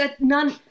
none